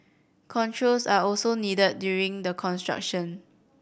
controls are also needed during the construction